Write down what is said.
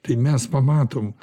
tai mes pamatom